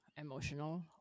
emotional